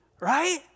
Right